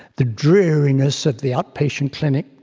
the dreariness of the outpatient clinic,